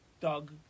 Doug